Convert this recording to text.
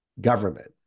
government